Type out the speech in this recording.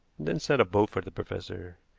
then sent a boat for the professor.